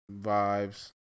vibes